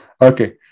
okay